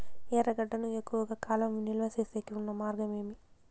ఎర్రగడ్డ ను ఎక్కువగా కాలం నిలువ సేసేకి ఉన్న మార్గం ఏమి?